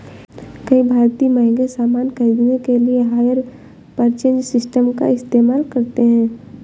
कई भारतीय महंगे सामान खरीदने के लिए हायर परचेज सिस्टम का इस्तेमाल करते हैं